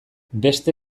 beste